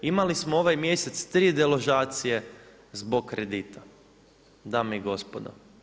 Imali smo ovaj mjesec deložacije zbog kredita, dame i gospodo.